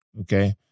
Okay